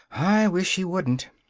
i wish she wouldn't.